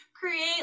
create